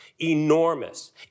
enormous